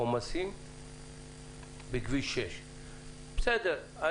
העומסים בכביש 6. בסדר,